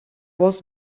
was